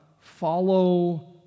follow